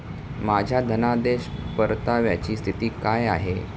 माझ्या धनादेश परताव्याची स्थिती काय आहे?